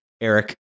Eric